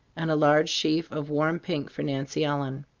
and a large sheaf of warm pink for nancy ellen.